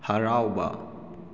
ꯍꯔꯥꯎꯕ